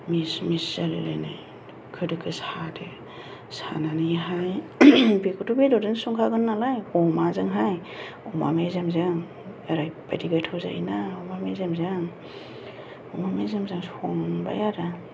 miss मिस जालाय लायनाय दोखो दोखो सादो सानानैहाय बेखौथ' बेदरजोंसो संखागोन नालाय अमाजोंहाय अमा मेजेमजों ओरैबायदि गोथाव जायोना अमा मेजेमजों अमा मेजेमजों संबाय आरो